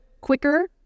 Quicker